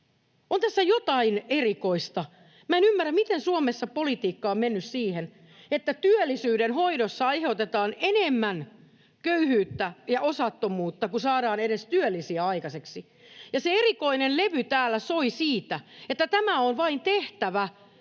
On tässä jotain erikoista. Minä en ymmärrä, miten Suomessa politiikka on mennyt siihen, että työllisyyden hoidossa aiheutetaan enemmän köyhyyttä ja osattomuutta kuin saadaan edes työllisiä aikaiseksi. [Veronika Honkasalo: Erittäin